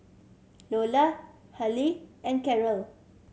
Iola Halie and Cherrelle